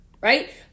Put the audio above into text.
right